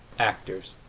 actors